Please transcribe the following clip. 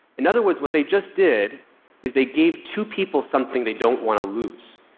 in other words, what they just did is they gave two people something they don't want to lose.